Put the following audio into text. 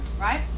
right